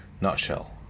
nutshell